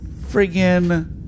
friggin